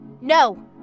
No